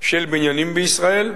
בניינים בישראל.